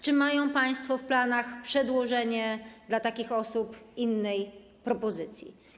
Czy mają państwo w planach przedłożenie dla takich osób innej propozycji?